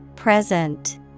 Present